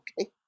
Okay